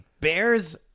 Bears